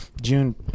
june